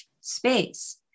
space